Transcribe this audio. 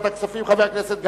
רבותי חברי הכנסת,